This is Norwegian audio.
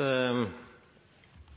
om.